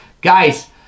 Guys